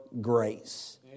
grace